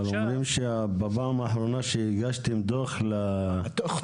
אבל אומרים שבפעם האחרונה שהגשתם דוח -- תוכנית,